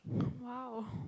!wow!